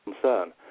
concern